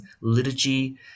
liturgy